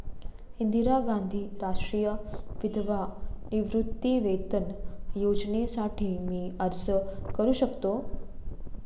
इंदिरा गांधी राष्ट्रीय विधवा निवृत्तीवेतन योजनेसाठी मी अर्ज करू शकतो?